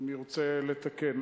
אני רוצה לתקן,